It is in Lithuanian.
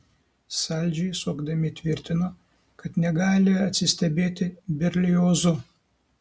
saldžiai suokdami tvirtino kad negali atsistebėti berliozu